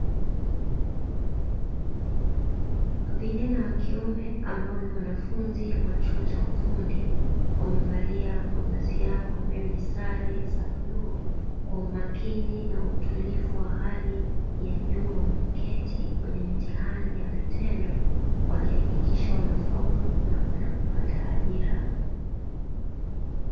Vijana wa kiume ambao ni wanafunzi wa chuo cha ufundi, wamevalia mavazi yao ambayo ni sare za bluu, kwa umakini na utulivu wa hali ya juu. Wameketi kwenye mitihani ya vitendo wakihakikisha wanafaulu na kwenda kupata ajira.